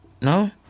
No